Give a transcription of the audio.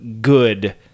good